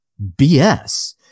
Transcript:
BS